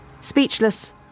Speechless